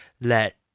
let